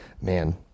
Man